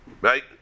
Right